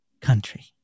country